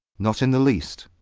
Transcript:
not in the least.